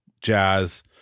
jazz